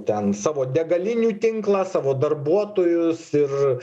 ten savo degalinių tinklą savo darbuotojus ir